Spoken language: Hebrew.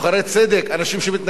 אנשים שמתנגדים לכיבוש,